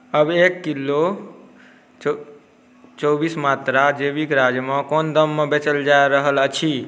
आब एक किलो चौबीस मात्रा जैविक राजमा कोन दाम पर बेचल जा रहल अछि